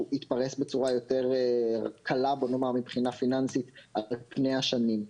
יתפרס בצורה יותר קלה מבחינה פיננסית על פי השנים.